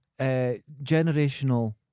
generational